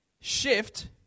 shift